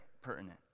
pertinent